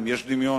אם יש דמיון,